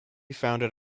founded